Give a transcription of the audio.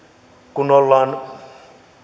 kun ollaan